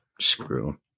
Screw